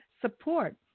support